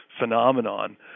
phenomenon